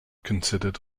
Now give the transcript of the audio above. considered